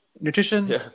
nutrition